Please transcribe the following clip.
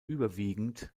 überwiegend